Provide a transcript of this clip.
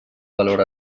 valor